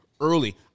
early